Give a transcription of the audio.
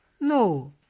No